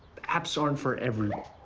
apps aren't for everyone